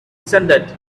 descended